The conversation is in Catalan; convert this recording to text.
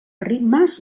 ritmes